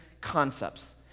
concepts